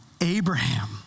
Abraham